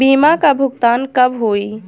बीमा का भुगतान कब होइ?